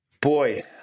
Boy